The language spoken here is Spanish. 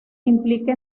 implica